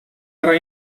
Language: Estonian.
ära